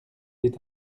est